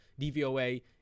dvoa